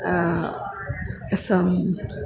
सं